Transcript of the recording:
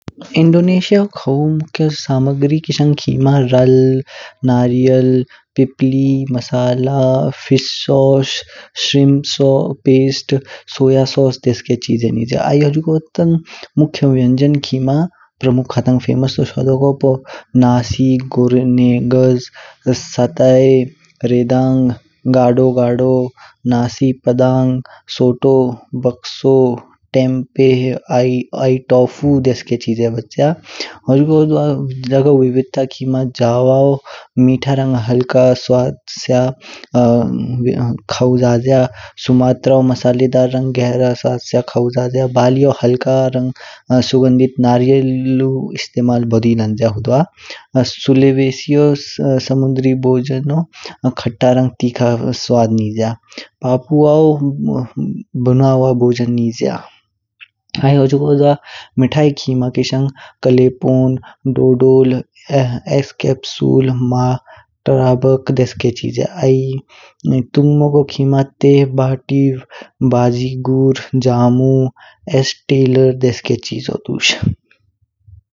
इन्डोनेशियाऊ खाऊ मुख्याल सामग्री किशंग खिमा राल, नारियल, पिपली, मसाला, fish sauce, shrimps, paste, soya sauce देसके चीजो निज्या। आई हुजुगो तांग मुख्य व्यंजन खीमा प्रमुख हातांग फेमस तोश होडगो पू नासिग, गोरनेघ, सतहे, रेडहंग, गर्डो गर्डो, नासिग पदांग, सोटो, बकसुओ, तेम आइ टोफू देसके चिज्ये बच्या। हुजुगो द्वा ज्घु विविधता खीमा जवाओ मीठा रंग हल्का स्वाद स्या खाऊ ज्या। सोमात्रू गहरा रंग मसालेदार खाऊ ज्या। बालियो हल्का रंग सुगंधित नारियल इस्तमाल बोदि लंज्या हुडवा। सोविवेसियोस समुदरी भोजन खट्टा रंग तीखा स्वाद निज्या। पापुआओ बना हुआ भोजन निज्या। आई हुजुगो द्वा मिठाई खीमा किशंग कल्पोन, डोडोल, स कैपसोल, मत्रबक देसके चिजे। आई तुंगमगो खिमा तेग बाटी, बाजी गुड, जाम्नु, स स्टीलर देसके चीजो दुस।